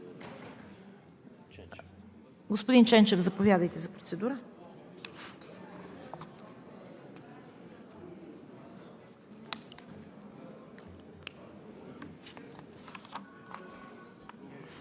Господин Ченчев, заповядайте за процедура.